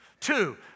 Two